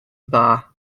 dda